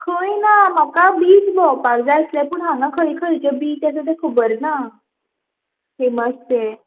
खंय ना म्हाका बीच भोंवपाक जाय आसले पूण हांगा खंय खंय बीच आसा ते खबर ना फेमस शे